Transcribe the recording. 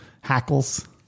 hackles